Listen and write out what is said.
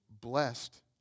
blessed